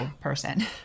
person